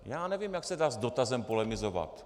Já nevím, jak se dá s dotazem polemizovat.